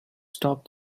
stop